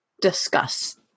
discuss